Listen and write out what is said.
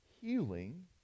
healing